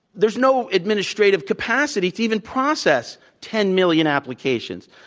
there's no administrative capacity to even process ten million applications.